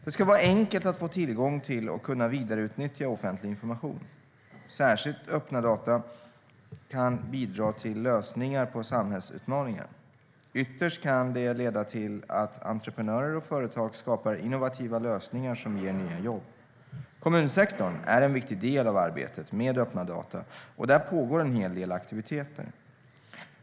Det ska vara enkelt att få tillgång till och kunna vidareutnyttja offentlig information. Öppna data kan särskilt bidra till lösningar på samhällsutmaningar. Ytterst kan det leda till att entreprenörer och företag skapar innovativa lösningar som ger nya jobb. Kommunsektorn är en viktig del av arbetet med öppna data, och där pågår en hel del aktiviteter.